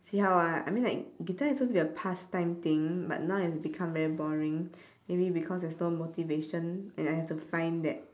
see how ah I mean like guitar is supposed to be a pastime thing but now it's become very boring maybe because there's no motivation and I have to find that